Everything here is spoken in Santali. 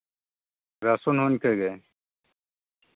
ᱨᱟᱹᱥᱩᱱ ᱦᱚᱸ ᱤᱱᱠᱟᱹ ᱜᱮ